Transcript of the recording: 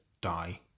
die